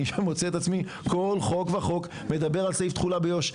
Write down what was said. אני שוב מוצא את עצמי כל חוק וחוק מדבר על סעיף תחולה ביו"ש.